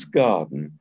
garden